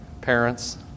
parents